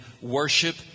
worship